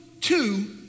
two